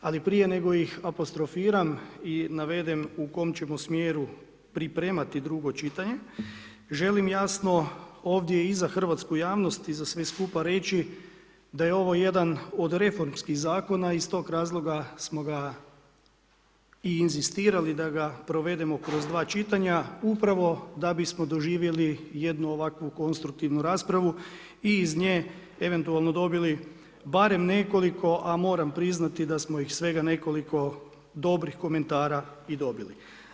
Ali prije nego ih apostrofiram i navedem u kom ćemo smjeru pripremati drugo čitanje želim jasno ovdje i za hrvatsku javnost i za sve skupa reći da je ovo jedan od reformskih zakona i iz tog razloga smo ga i inzistirali da ga provedemo kroz dva čitanja upravo da bismo doživjeli jednu ovakvu konstruktivnu raspravu i iz nje eventualno dobili barem nekoliko, a moram priznati da smo ih svega nekoliko dobrih komentara dobili.